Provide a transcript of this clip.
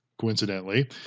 coincidentally